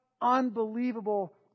unbelievable